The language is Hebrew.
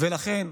לכן,